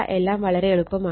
എല്ലാം വളരെ എളുപ്പമാണ്